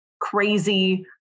crazy